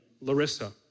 Larissa